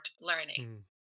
learning